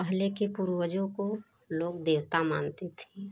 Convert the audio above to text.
पहले के पूर्वजों को लोग देवता मानते थीं